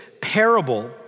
parable